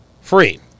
free